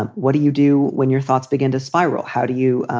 ah what do you do when your thoughts begin to spiral? how do you